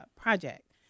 project